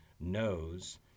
knows